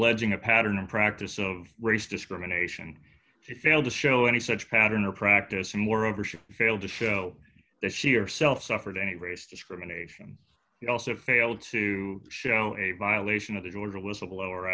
alleging a pattern and practice of race discrimination to fail to show any such pattern or practice and moreover she failed to show that she herself suffered any race discrimination she also failed to show a violation of the order whistleblower